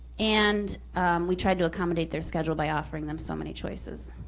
and we tried to accommodate their schedule by offering them so many choices.